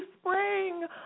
spring